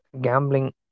gambling